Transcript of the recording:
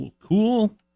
Cool